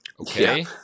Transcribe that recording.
okay